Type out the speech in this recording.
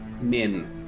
Min